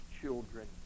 children